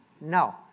No